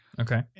Okay